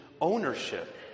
ownership